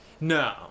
no